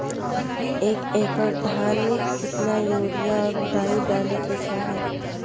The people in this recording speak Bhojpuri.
एक एकड़ धान में कितना यूरिया और डाई डाले के चाही?